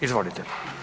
Izvolite.